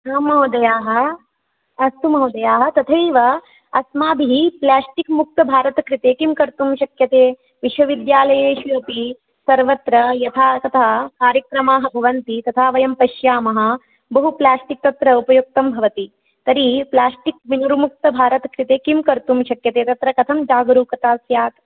आम् महोदयाः अस्तु महोदयाः तथैव अस्माभिः प्लेस्टिक् मुक्त भारतकृते किं कर्तुं शक्यते विश्वविद्यालयेषु अपि सर्वत्र यथा तथा कार्यक्रमाः भवन्ति तदा वयम् पश्यामः बहु प्लेस्टिक् तत्र उपयुक्तं भवति तर्हि प्लेस्टिक् विनिर्मुक्तभारतकृते किं कर्तुं शक्यते तत्र कथं जागरुकता स्यात्